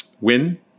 win